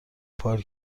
پارکی